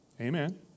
Amen